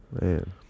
man